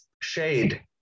shade